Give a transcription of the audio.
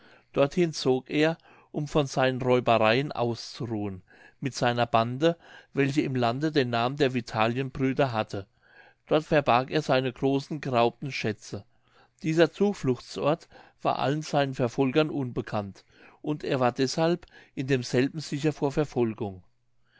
dorthin zog er um von seinen räubereien auszuruhen mit seiner bande welche im lande den namen der vitalienbrüder hatte dort verbarg er seine großen geraubten schätze dieser zufluchtsort war allen seinen verfolgern unbekannt und er war deshalb in demselben sicher vor verfolgung